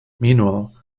meanwhile